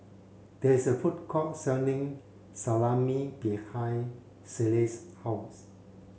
there is a food court selling Salami behind Shelley's house